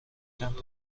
چند